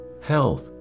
health